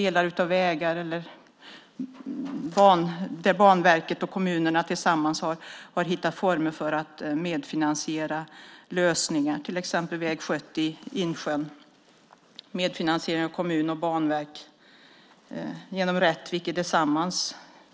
delar av vägar, där Banverket och kommunerna tillsammans har hittat former för att ha en medfinansiering av lösningar. Det gäller till exempel väg 70 i Insjön. Det sker också en medfinansiering av kommun och Banverket i Rättvik.